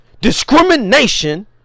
discrimination